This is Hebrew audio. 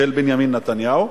של בנימין נתניהו,